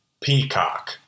Peacock